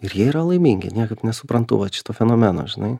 ir jie yra laimingi niekaip nesuprantu vat šito fenomeno žinai